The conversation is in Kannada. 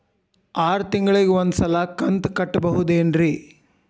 ಆರ ತಿಂಗಳಿಗ ಒಂದ್ ಸಲ ಕಂತ ಕಟ್ಟಬಹುದೇನ್ರಿ?